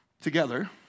together